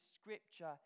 scripture